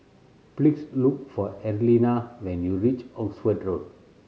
please look for Arlena when you reach Oxford Road